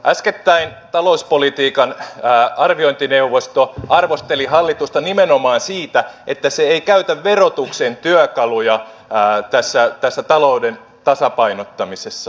äskettäin talouspolitiikan arviointineuvosto arvosteli hallitusta nimenomaan siitä että se ei käytä verotuksen työkaluja tässä talouden tasapainottamisessa